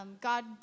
God